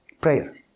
Prayer